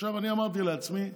עכשיו, אני אמרתי לעצמי: